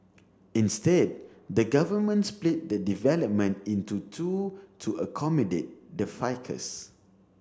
instead the government split the development in to two to accommodate the ficus